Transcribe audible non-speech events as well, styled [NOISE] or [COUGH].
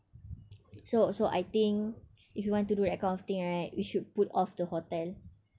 [NOISE] so so I think if we want to do that kind of thing right we should put off the hotel